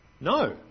No